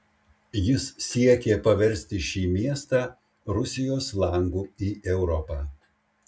jis siekė paversti šį miestą rusijos langu į europą